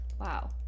Wow